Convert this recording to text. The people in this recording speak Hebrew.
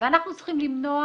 ואנחנו צריכים למנוע